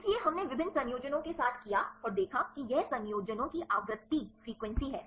इसलिए हमने विभिन्न संयोजनों के साथ किया और देखा कि यह संयोजनों की आवृत्ति है